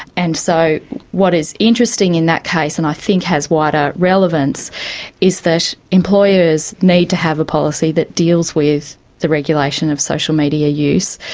and so what is interesting in that case and i think has wider relevance is that employers need to have a policy that deals with the regulation of social media use.